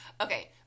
Okay